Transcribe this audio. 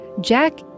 Jack